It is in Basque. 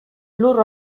lur